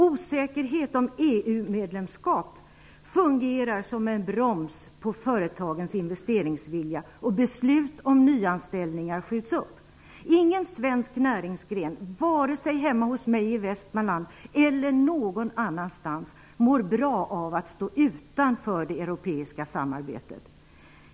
Osäkerhet om EU medlemskapet fungerar som en broms på företagens investeringsvilja samtidigt som beslut om nyanställningar skjuts upp. Ingen svensk näringsgren, vare sig hemma hos mig i Västmanland eller någon annanstans, mår bra av att stå utanför det europeiska samarbetet.